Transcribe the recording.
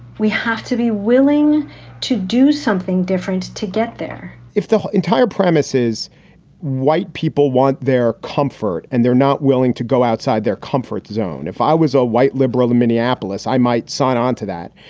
we have to be willing to do something different to get there if the whole entire premise is white people want their comfort and they're not willing to go outside their comfort zone. if i was a white liberal in minneapolis, i might sign on to that.